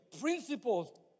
principles